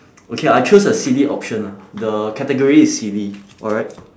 okay lah I choose a silly option lah the category is silly alright